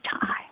time